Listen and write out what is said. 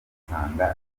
nsanga